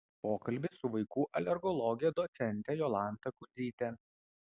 pokalbis su vaikų alergologe docente jolanta kudzyte